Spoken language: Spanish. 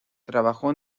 trabajó